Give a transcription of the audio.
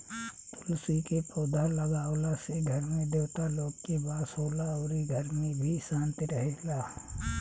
तुलसी के पौधा लागावला से घर में देवता लोग के वास होला अउरी घर में भी शांति रहेला